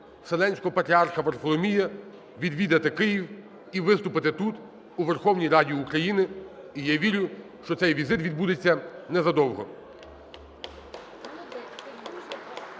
Вселенського патріарха Варфоломія відвідати Київ і виступити тут, у Верховній Раді України. І я вірю, що цей візит відбудеться незадовго.